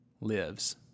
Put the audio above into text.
lives